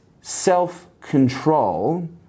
self-control